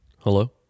Hello